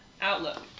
outlook